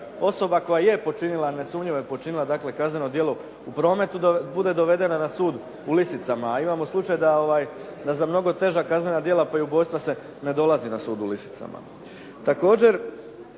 osoba koja je počinila, nesumnjivo je počinila kazneno djelo u prometu da bude dovedena na sud u lisicama. A imamo slučaj da za mnogo teža kaznena djela pa i ubojstva se ne dolazi na sud u lisicama.